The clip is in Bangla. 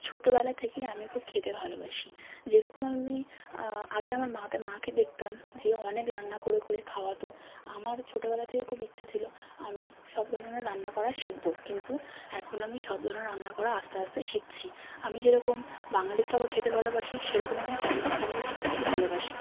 ছোটোবেলা থেকেই আমি খুব খেতে ভালোবাসি যেরকম আমি আগে আমার মাদের মাকে দেখতাম যে অনেক রান্না করে করে খাওয়াত আমার ছোটোবেলা থেকে খুব ইচ্ছা ছিল আমি সব ধরনের রান্না করা শিখব কিন্তু এখন আমি সব ধরনের রান্না করা আস্তে আস্তে শিখছি আমি যেরকম বাঙালি খাবার খেতে ভালোবাসি সেরকম আমি চাইনিজ খাবারও খেতে খুবই ভালোবাসি